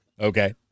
Okay